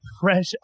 fresh